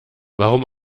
warum